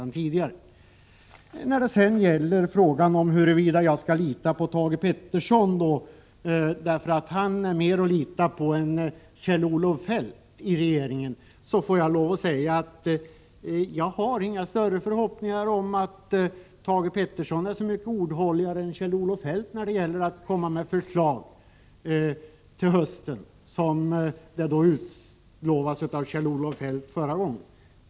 När det sedan gäller frågan huruvida Thage Peterson är mer att lita på än Kjell-Olof Feldt vill jag säga att jag inte har några större förhoppningar om att Thage Peterson är så mycket mer ordhållig än Kjell-Olof Feldt när det gäller att komma med förslag till hösten, såsom utlovades av Kjell-Olof Feldt förra gången.